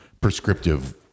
prescriptive